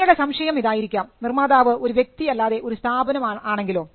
നിങ്ങളുടെ സംശയം ഇതായിരിക്കാം നിർമാതാവ് ഒരു വ്യക്തി അല്ലാതെ ഒരു സ്ഥാപനം ആണെങ്കിലോ